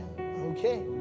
Okay